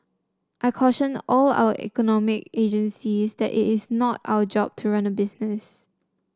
I caution all our economic agencies that it is not our job to run business